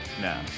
no